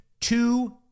Two